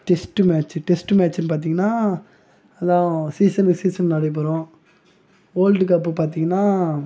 test match test மேட்ச்சுனு பார்த்தீங்கனா அதான் சீசன்க்கு சீசன் நடைபெறும் வோர்ல்டு கப்பு பார்த்தீங்கன்னா